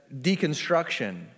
deconstruction